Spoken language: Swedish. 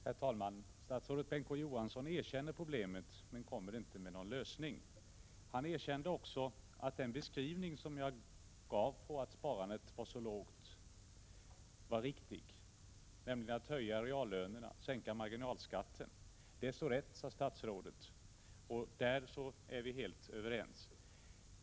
Herr talman! Statsrådet Bengt K Å Johansson erkänner problemet men kommer inte med någon lösning. Han erkände också att den beskrivning som jag gav av skälen till att sparandet är lågt var riktig. Att höja reallönerna och sänka marginalskatten är så rätt, sade statsrådet, och på den punkten är vi helt överens.